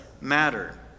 matter